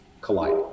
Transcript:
collide